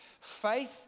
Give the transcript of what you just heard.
Faith